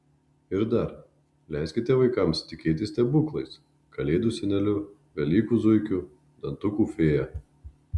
ir dar leiskite vaikams tikėti stebuklais kalėdų seneliu velykų zuikiu dantukų fėja